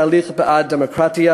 תהליך בעד דמוקרטיה,